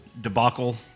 debacle